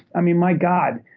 i mean my god,